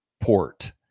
port